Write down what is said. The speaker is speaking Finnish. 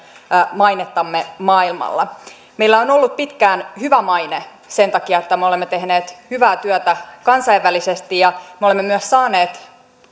mainettamme maailmalla meillä on ollut pitkään hyvä maine sen takia että me olemme tehneet hyvää työtä kansainvälisesti ja me olemme myös saaneet